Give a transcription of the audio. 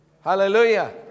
Hallelujah